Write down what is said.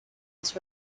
was